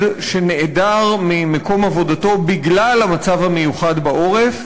שנעדר ממקום עבודתו בגלל המצב המיוחד בעורף,